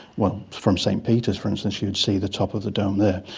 well, from st peters, for instance, you would see the top of the dome there,